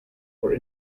were